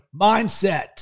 mindset